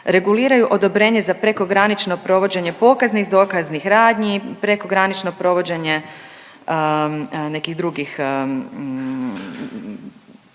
reguliraju odobrenje za prekogranično provođenje pokaznih, dokaznih radnji, prekogranično provođenje nekih drugih,